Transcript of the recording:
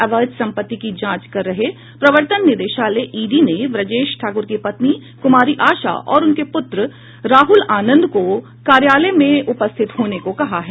अवैध संपत्ति की जांच कर रहे प्रवर्तन निदेशालय ईडी ने ब्रजेश ठाकुर की पत्नी कुमारी आशा और उसके पुत्र राहुल आनंद को कार्यालय में उपस्थित होने को कहा है